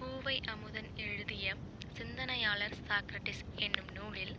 பூவை அமுதன் எழுதிய சிந்தனையாளர் சாக்ரட்டிஸ் என்னும் நூலில்